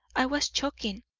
i was choking,